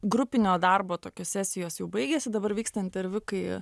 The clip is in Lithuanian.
grupinio darbo tokios sesijos jau baigėsi dabar vyksta interviu kai